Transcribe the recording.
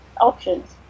options